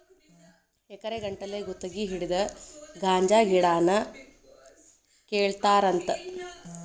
ಎಕರೆ ಗಟ್ಟಲೆ ಗುತಗಿ ಹಿಡದ ಗಾಂಜಾ ಗಿಡಾನ ಕೇಳತಾರಂತ